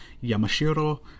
Yamashiro